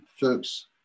Folks